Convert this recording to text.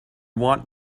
want